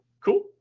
cool